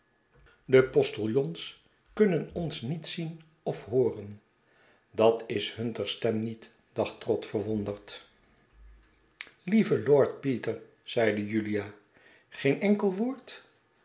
de postiljons kunnen ons niet zien of hooren dat is hunter's stem niet dacht trott verwonderd lieve lord peter zeide julia geen enkel woord